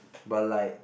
but like